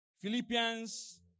Philippians